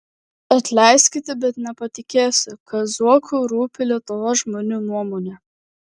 atleiskite bet nepatikėsiu kad zuoku rūpi lietuvos žmonių nuomonė